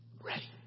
Ready